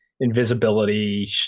invisibility